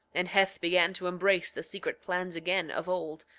and heth began to embrace the secret plans again of old,